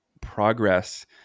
progress